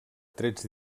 trets